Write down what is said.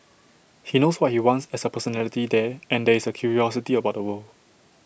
he knows what he wants as A personality there and there is A curiosity about the world